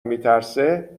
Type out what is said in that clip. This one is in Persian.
میترسه